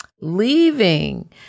leaving